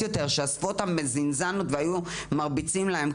שהיו אוספים אותן בזינזנות והיו מרביצים להן.